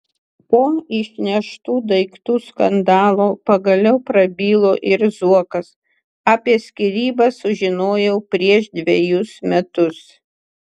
po išneštų daiktų skandalo pagaliau prabilo ir zuokas apie skyrybas sužinojau prieš dvejus metus